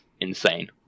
insane